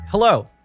Hello